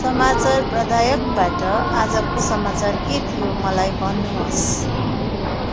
समाचार प्रदायकबाट आजको समाचार के थियो मलाई भन्नुहोस्